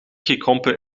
gekrompen